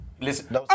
Listen